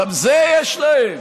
גם את זה יש להם,